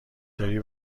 داری